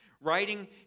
writing